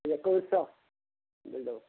ଏକୋଇଶଶହ ଦେବ